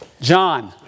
John